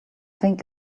think